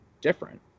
different